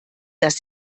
dass